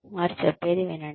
వారు చెప్పేది వినండి